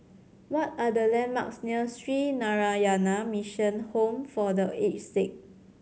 what are the landmarks near Sree Narayana Mission Home for The Aged Sick